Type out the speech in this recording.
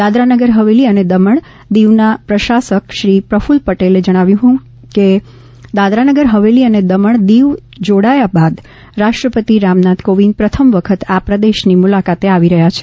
દાદરાનગર હવેલી અને દમણ દીવના પ્રશાસક શ્રી પફલ્લ પટેલને જણાવ્યું છે કે દાદરાનગર હવેલી અને દમણ દિવ જોડાયા બાદ રાષ્ટ્રપતિ રામનાથ કોવિંદ પ્રથમ વખત આ પ્રદેશની મુલાકાતે આવી રહ્યાં છે